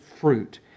Fruit